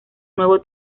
nuevo